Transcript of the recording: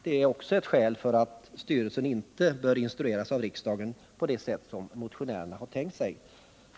Det är också ett skäl till att styrelsen inte bör instrueras av riksdagen på det sätt som motionärerna har tänkt sig.